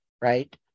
right